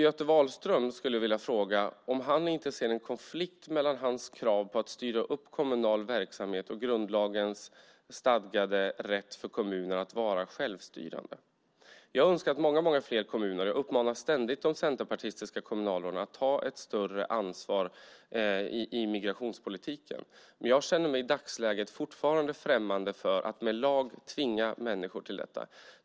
Göte Wahlström skulle jag vilja fråga om han inte ser en konflikt mellan sitt krav på att styra upp kommunal verksamhet och grundlagens stadgade rätt för kommunerna att vara självstyrande. Jag uppmanar ständigt de centerpartistiska kommunalråden att ta ett större ansvar i migrationspolitiken. Jag känner mig i dagsläget fortfarande främmande för att med lag tvinga människor till detta.